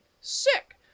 Sick